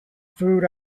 food